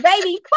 baby